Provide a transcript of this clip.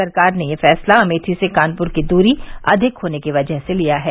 सरकार ने यह फैसला अमेठी से कानपुर की दूरी अधिक होने की वजह से लिया है